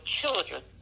children